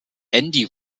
andy